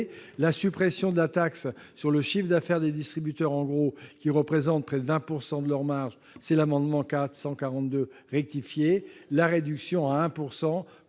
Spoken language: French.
la suppression de la taxe sur le chiffre d'affaires des distributeurs en gros qui représente près de 20 % de leur marge, prévue à l'amendement n° 442 rectifié ; la réduction à 1